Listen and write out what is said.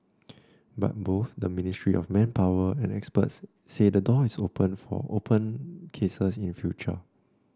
but both the Ministry of Manpower and experts say the door is open for open cases in future